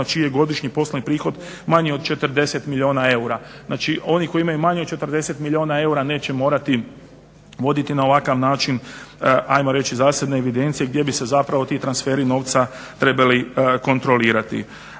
čiji je godišnji poslovni prihod manji od 40 milijuna eura. Znači oni koji imaju manje od 40 milijuna eura neće morati voditi na ovakav način ajmo reći zasebne evidencije gdje bi se zapravo ti transferi novca trebali kontrolirati.